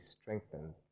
strengthened